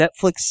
netflix